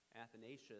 Athanasius